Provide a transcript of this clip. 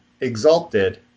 Exalted